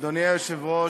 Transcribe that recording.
אדוני היושב-ראש,